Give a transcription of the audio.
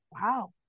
wow